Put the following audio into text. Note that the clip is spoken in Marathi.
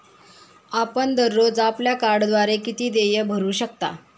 आपण दररोज आपल्या कार्डद्वारे किती देय भरू शकता?